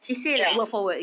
ya